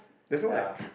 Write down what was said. ya